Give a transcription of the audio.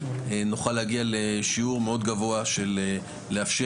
נוכל להגיע לשיעור מאוד גבוה של לאפשר